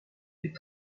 fut